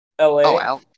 LA